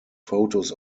photos